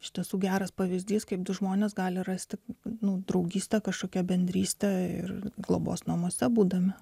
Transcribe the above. iš tiesų geras pavyzdys kaip du žmonės gali rasti nu draugystė kažkokia bendrystė ir globos namuose būdami